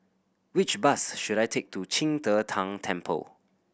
which bus should I take to Qing De Tang Temple